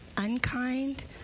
Unkind